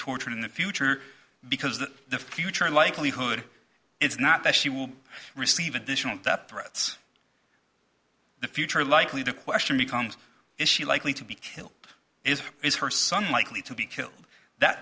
tortured in the future because the future likelihood is not that she will receive additional that threats the future likely the question becomes is she likely to be killed is is her son likely to be killed that